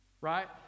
right